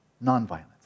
non-violence